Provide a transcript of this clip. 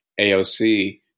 AOC